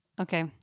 Okay